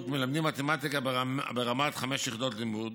מלמדים מתמטיקה ברמת חמש יחידות לימוד.